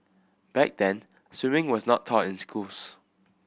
back then swimming was not taught in schools